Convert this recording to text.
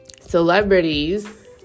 celebrities